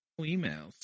emails